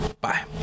bye